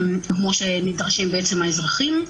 כמו שנדרשים האזרחים.